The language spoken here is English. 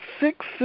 six